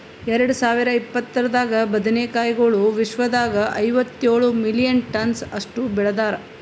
ಎರಡು ಸಾವಿರ ಇಪ್ಪತ್ತರಾಗ ಬದನೆ ಕಾಯಿಗೊಳ್ ವಿಶ್ವದಾಗ್ ಐವತ್ತೇಳು ಮಿಲಿಯನ್ ಟನ್ಸ್ ಅಷ್ಟು ಬೆಳದಾರ್